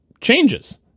changes